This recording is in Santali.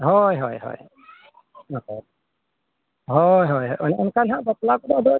ᱦᱳᱭ ᱦᱳᱭ ᱦᱳᱭ ᱦᱳᱭ ᱚᱱᱠᱟ ᱱᱟᱦᱟᱜ ᱵᱟᱯᱞᱟ ᱠᱚᱫᱚ ᱟᱫᱚ